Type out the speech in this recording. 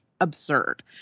absurd